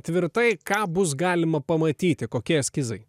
tvirtai ką bus galima pamatyti kokie eskizai